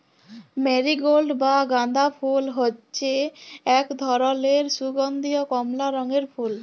marigold বা গাঁদা ফুল হচ্যে এক ধরলের সুগন্ধীয় কমলা রঙের ফুল